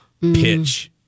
Pitch